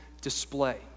display